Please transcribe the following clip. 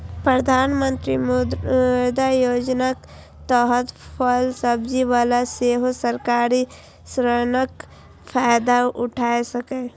प्रधानमंत्री मुद्रा योजनाक तहत फल सब्जी बला सेहो सरकारी ऋणक फायदा उठा सकैए